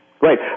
Right